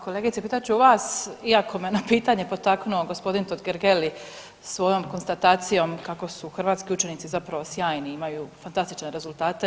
Kolegice pitat ću vas iako me na pitanje potaknuo gospodin Totgergeli svojom konstatacijom kako su hrvatski učenici zapravo sjajni, imaju fantastične rezultate.